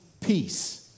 peace